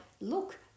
look